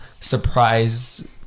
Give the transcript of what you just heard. surprise